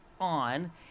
on